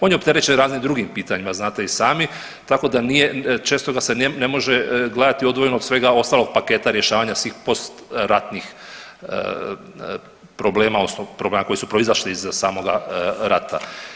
On je opterećen raznim drugim pitanjima znate i sami tako da nije, često ga se ne može gledati odvojeno od svega ostalog paketa rješavanja svih postratnih problema odnosno problema koji su proizašli iz samoga rata.